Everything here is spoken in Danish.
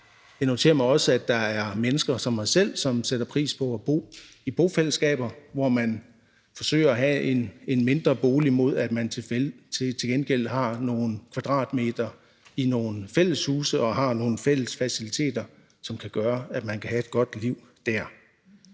Jeg noterer mig også, at der er mennesker som mig selv, som sætter pris på at bo i bofællesskaber, hvor man forsøger at have en mindre bolig, mod at man til gengæld har nogle kvadratmeter i nogle fælleshuse og har nogle fællesfaciliteter, som kan gøre, at man kan have et godt liv dér.